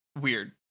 weird